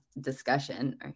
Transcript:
discussion